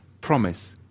promise